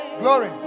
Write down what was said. glory